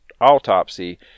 autopsy